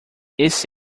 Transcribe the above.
esse